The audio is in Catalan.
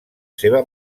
seva